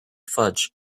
fudge